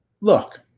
look